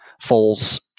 falls